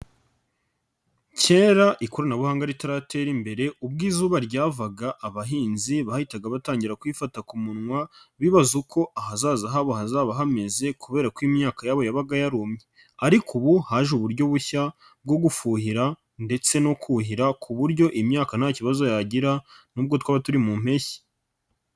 Kera ikoranabuhanga ritaratera imbere ubwo izuba ryavaga abahinzi bahitaga batangira kuyifata ku munwa bibaza uko ahazaza habo hazaba hameze kubera ko imyaka yabo yabaga yarumye, ariko ubu haje uburyo bushya bwo gufuhira ndetse no kuhira ku buryo imyaka nta kibazo yagira nubwo twaba turi mu mpeshyi.